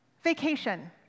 Vacation